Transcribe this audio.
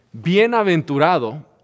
bienaventurado